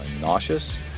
nauseous